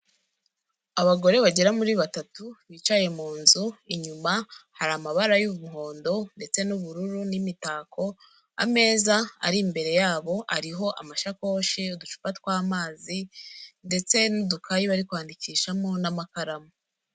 Abagore bagera muri batatu bicaye mu nzu inyuma hari amabara y'umuhondo ndetse n'ubururu n'imitako, ameza ari imbere yabo ariho amashakoshi , uducupa tw'amazi ndetse n'udukayi bari kwandikishamo n'amakaramu.